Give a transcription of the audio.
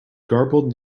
garbled